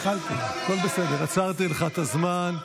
עצרתי לך את הזמן.